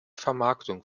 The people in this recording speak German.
vermarktung